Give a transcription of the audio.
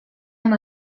amb